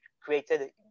created